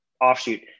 offshoot